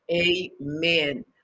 amen